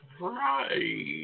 right